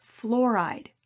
Fluoride